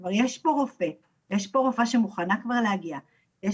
כבר יש פה רופאה שמוכנה כבר להגיע לעבוד,